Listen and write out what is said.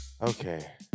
Okay